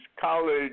college